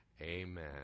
Amen